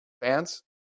Fans